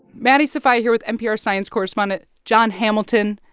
maddie sofia here with npr science correspondent jon hamilton.